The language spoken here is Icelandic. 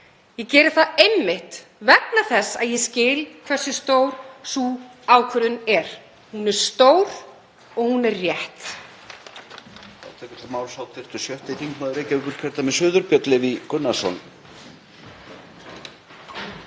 Ég geri það einmitt vegna þess að ég skil hversu stór sú ákvörðun er, hún stór og hún er rétt.